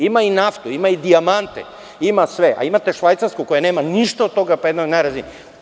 Ima i naftu, ima i dijamante, ima sve, a imate Švajcarsku koja nema ništa od toga pa je jedna od najrazvijenijih zemalja.